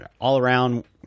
all-around